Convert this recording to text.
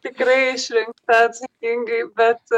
tikrai išrinkta atsakingai bet